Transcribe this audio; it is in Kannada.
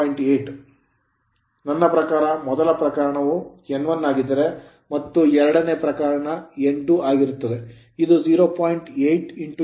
8 ನನ್ನ ಪ್ರಕಾರ ಮೊದಲ ಪ್ರಕರಣ ವು n1 ಆಗಿದ್ದರೆ ಮತ್ತು n2 ಎರಡನೇ ಪ್ರಕರಣವಾಗಿದ್ದರೆ ಇದು 0